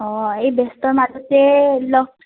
অঁ এই ব্যস্ততাৰ মাজতেই লগ